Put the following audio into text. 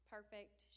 perfect